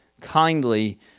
kindly